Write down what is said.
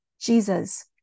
Jesus